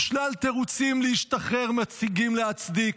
ושלל תירוצים להשתחרר מציגים להצדיק,